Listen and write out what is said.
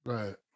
Right